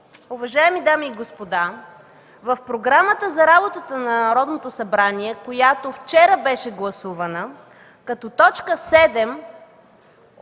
уважаеми дами и господа, в Програмата за работата на Народното събрание, която вчера беше гласувана, като точка 7